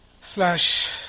slash